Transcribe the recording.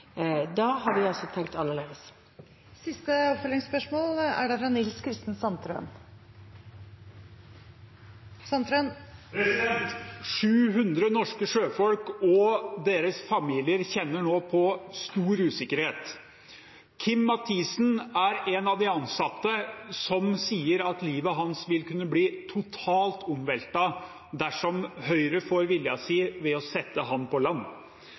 Da har vi altså tenkt annerledes. Nils Kristen Sandtrøen – til dagens siste oppfølgingsspørsmål. 700 norske sjøfolk og deres familier kjenner nå på stor usikkerhet. Kim Mathisen er en av de ansatte som sier at livet hans vil kunne bli totalt omveltet dersom Høyre får viljen sin med å sette ham på land.